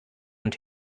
und